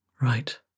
Right